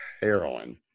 heroin